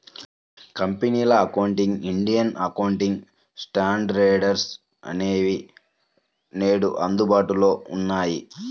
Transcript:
కంపెనీల accounting, Indian accounting standards అనేవి నేడు అందుబాటులో ఉన్నాయి